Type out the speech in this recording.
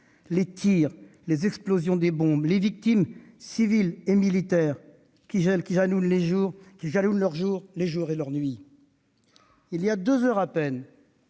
les tirs, les explosions des bombes, les victimes civiles et militaires qui jalonnent les jours et les nuits. Voilà deux heures à peine,